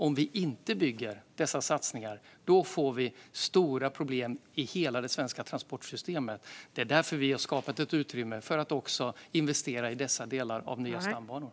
Om vi inte gör de här satsningarna får vi stora problem i hela det svenska transportsystemet, och därför har vi skapat ett utrymme för att investera i dessa delar av nya stambanor.